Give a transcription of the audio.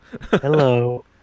Hello